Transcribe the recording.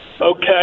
Okay